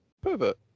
Pervert